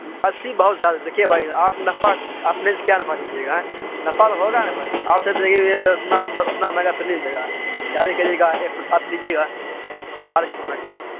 اسّی بہت زیادے دیکھیے بھائی آپ نفع اپنے سے کیا نفع لیجیے گا آئیں نفع تہ ہوگا نا بھائی اور سب جگہ اتنا اتنا مہنگا تو نہیں دے گا زیادے کریے گا ایک سو سات لیجیے گا اور کتنا کریے گا